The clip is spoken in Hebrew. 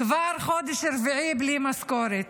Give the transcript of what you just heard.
וכבר חודש רביעי בלי משכורת.